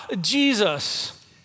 Jesus